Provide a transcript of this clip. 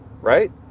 right